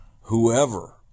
whoever